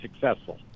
successful